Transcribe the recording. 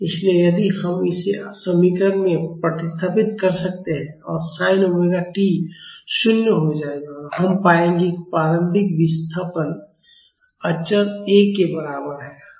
इसलिए यदि हम इसे इस समीकरण में प्रतिस्थापित कर सकते हैं और sin omega t 0 हो जाएगा और हम पाएंगे कि प्रारंभिक विस्थापन अचर A के बराबर है